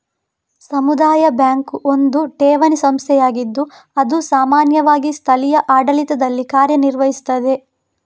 ಸಮುದಾಯ ಬ್ಯಾಂಕು ಒಂದು ಠೇವಣಿ ಸಂಸ್ಥೆಯಾಗಿದ್ದು ಅದು ಸಾಮಾನ್ಯವಾಗಿ ಸ್ಥಳೀಯ ಆಡಳಿತದಲ್ಲಿ ಕಾರ್ಯ ನಿರ್ವಹಿಸ್ತದೆ